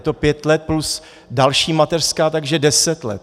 Je to pět let plus další mateřská, takže deset let.